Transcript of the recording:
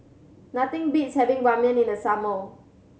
nothing beats having Ramen in the summer